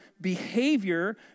behavior